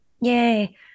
yay